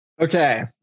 Okay